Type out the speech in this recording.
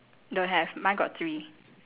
don't have mine got three